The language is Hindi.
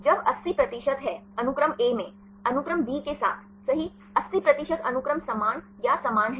जब 80 प्रतिशत है अनुक्रम A में अनुक्रम B के साथ सही 80 प्रतिशत अनुक्रम समान या समान हैं